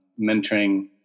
mentoring